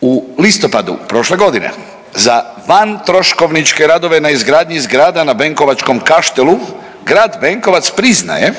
u listopadu prošle godine za vantroškovničke radove na izgradnji zgrada na Benkovačkom Kaštelu grad Benkovac priznaje